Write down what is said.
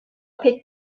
pek